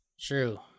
True